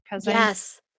yes